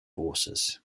forces